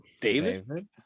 David